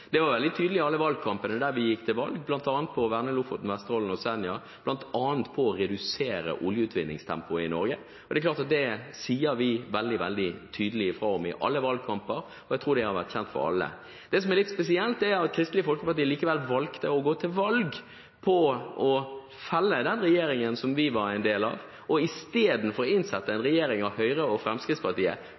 Det var veldig tydelig i alle valgkampene, der vi gikk til valg bl.a. på å verne Lofoten, Vesterålen og Senja, og bl.a. på å redusere oljeutvinningstempoet i Norge. Dette sier vi veldig tydelig fra om i alle valgkamper, og jeg tror det har vært kjent for alle. Det som er litt spesielt, er at Kristelig Folkeparti likevel valgte å gå til valg på å felle den regjeringen som vi var en del av, og i stedet innsette en regjering av Høyre og Fremskrittspartiet,